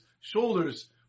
shoulders